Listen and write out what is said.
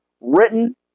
written